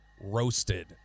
roasted